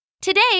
Today